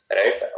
right